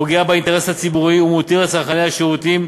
פוגע באינטרס הציבורי ומותיר את צרכני השירותים,